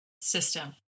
system